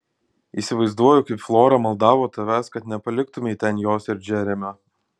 įsivaizduoju kaip flora maldavo tavęs kad nepaliktumei ten jos ir džeremio